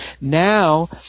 now